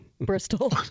Bristol